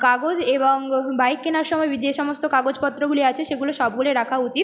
কাগজ এবং বাইক কেনার সময় যে সমস্ত কাগজপত্রগুলি আছে সেগুলো সবগুলি রাখা উচিত